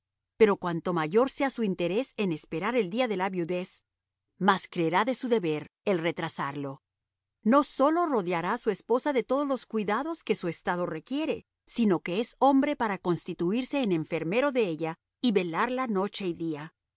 pero cuanto mayor sea su interés en esperar el día de la viudez más creerá de su deber el retrasarlo no sólo rodeará a su esposa de todos los cuidados que su estado requiere si no que es hombre para constituirse en enfermero de ella y velarla noche y día